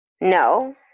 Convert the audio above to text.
No